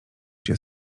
cię